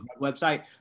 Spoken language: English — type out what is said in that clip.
website